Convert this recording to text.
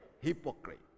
Hypocrite